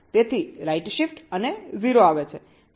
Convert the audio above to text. તેથી right shift અને 0 આવે છે